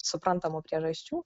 suprantamų priežasčių